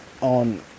on